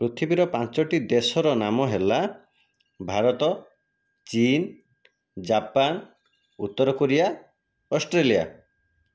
ପୃଥିବୀର ପାଞ୍ଚଟି ଦେଶର ନାମ ହେଲା ଭାରତ ଚୀନ ଜାପାନ ଉତ୍ତର କୋରିଆ ଅଷ୍ଟ୍ରେଲିଆ